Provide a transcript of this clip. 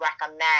recommend